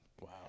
Wow